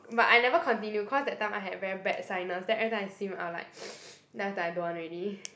but I never continue cause that time I had very bad sinus then every time I swim I will like then after I don't want already